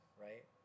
right